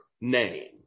name